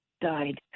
Died